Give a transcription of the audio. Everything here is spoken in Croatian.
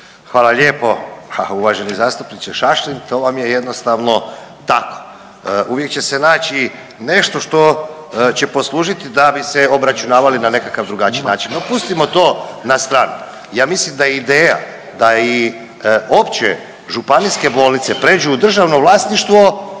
Hvala lijepo. Uvaženi zastupniče Šašlin, to vam je jednostavno tako. Uvijek će se naći nešto što će poslužiti da bi se obračunavali na nekakav drugačiji način. Ma pustimo to na stranu. Ja mislim da ideja da i opće županijske bolnice prijeđu u državno vlasništvo